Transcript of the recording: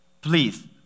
Please